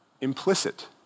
implicit